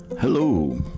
Hello